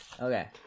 Okay